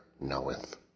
knoweth